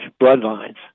bloodlines